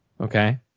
okay